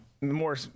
more